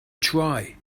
try